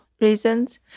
reasons